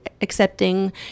accepting